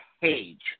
page